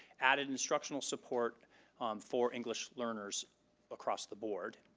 added instructional support for english learners across the board,